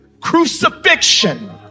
Crucifixion